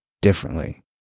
differently